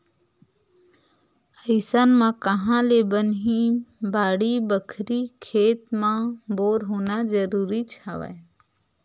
अइसन म काँहा ले बनही बाड़ी बखरी, खेत म बोर होना जरुरीच हवय